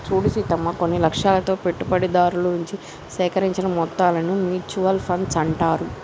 చూడు సీతమ్మ కొన్ని లక్ష్యాలతో పెట్టుబడిదారుల నుంచి సేకరించిన మొత్తాలను మ్యూచువల్ ఫండ్స్ అంటారు